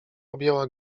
objęła